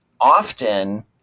often